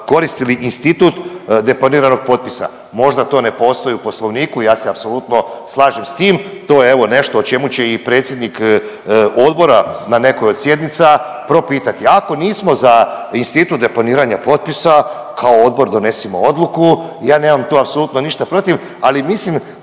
koristili institut deponiranog potpisa. Možda to ne postoji u Poslovniku, ja se apsolutno slažem s tim, to je evo nešto o čemu će i predsjednik odbora na nekoj od sjednica propitati. Ako nismo za institut deponiranja potpisa kao odbor donesimo odluku, ja nemam tu apsolutno ništa protiv, ali mislim